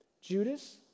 Judas